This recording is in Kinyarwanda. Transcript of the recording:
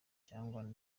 cyangwa